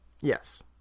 Yes